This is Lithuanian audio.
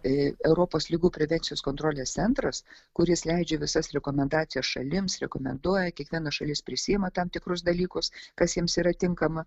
europos ligų prevencijos kontrolės centras kuris leidžia visas rekomendacijas šalims rekomenduoja kiekviena šalis prisiima tam tikrus dalykus kas jiems yra tinkama